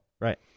Right